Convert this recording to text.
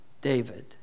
David